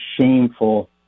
shameful